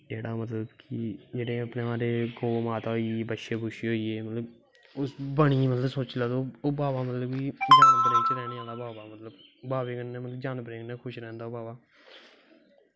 जेह्ड़ा ग्रांऽ दे बच्छें बुच्छें गी मतलव बड़े मतलव कि सोची सकनें की बाबा जानवरें कन्नैं खुश रौंह्दा बाबा